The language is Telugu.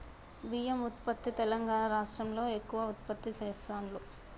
బియ్యం ఉత్పత్తి తెలంగాణా రాష్ట్రం లో ఎక్కువ ఉత్పత్తి చెస్తాండ్లు